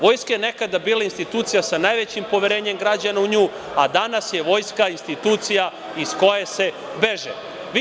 Vojska je nekada bila institucija sa najvećim poverenjem građana u nju, a danas je Vojska institucija iz koje se beži.